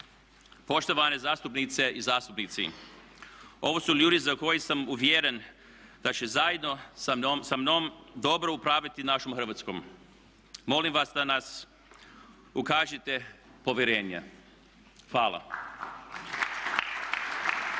Poštovane zastupnice i zastupnici ovo su ljudi za koje sam uvjeren da će zajedno samnom dobro upravljati našom Hrvatskom. Molim vas da nam ukažete povjerenje. Hvala.